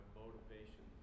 motivation